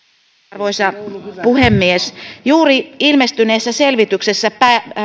arvoisa puhemies juuri ilmestyneessä selvityksessä